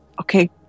okay